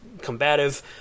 combative